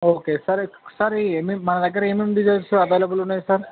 okay sir sir ఏమేం మన దగ్గర ఏమేం డిజైన్స్ అవైలబులున్నాయి సార్